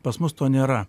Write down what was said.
pas mus to nėra